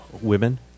women